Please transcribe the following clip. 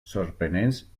sorprenents